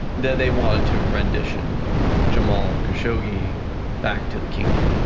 that they wanted to rendition jamal khashoggi back to the kingdom.